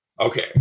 Okay